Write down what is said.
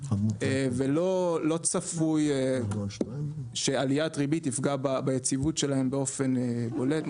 ולא צפוי שעליית ריבית תפגע ביציבות שלהם באופן בולט.